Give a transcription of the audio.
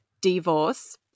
divorce